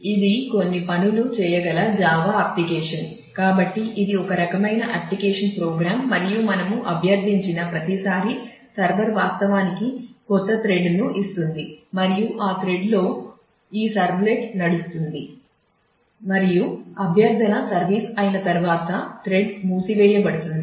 ఇది కొన్ని పనులు చేయగల జావా అప్లికేషన్ను ఇస్తుంది మరియు ఆ థ్రెడ్లో ఈ సర్వ్లెట్ నడుస్తుంది మరియు అభ్యర్థన సర్వీస్ అయిన తర్వాత థ్రెడ్ మూసివేయబడుతుంది